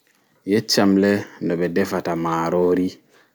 Yeccam le no ɓe ɗefata maarori